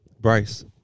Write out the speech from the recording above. Bryce